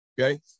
okay